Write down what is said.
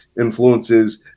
influences